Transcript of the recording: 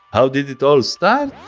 how did it all start?